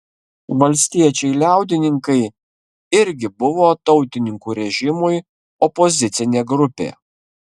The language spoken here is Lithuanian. valstiečiai liaudininkai irgi buvo tautininkų režimui opozicinė grupė